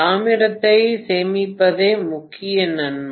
தாமிரத்தை சேமிப்பதே முக்கிய நன்மை